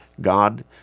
God